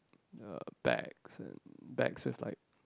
uh bags and bags with like